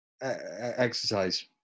exercise